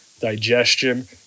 digestion